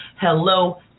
hello